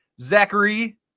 Zachary